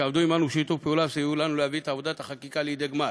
שעבדו עמנו בשיתוף פעולה וסייעו לנו להביא את עבודת החקיקה לידי גמר,